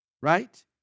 right